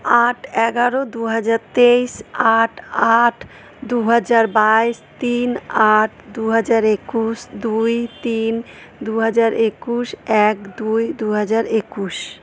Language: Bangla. আট এগারো দু হাজার তেইশ আট আট দু হাজার বাইশ তিন আট দু হাজার একুশ দুই তিন দু হাজার একুশ এক দুই দু হাজার একুশ